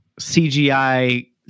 CGI